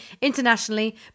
internationally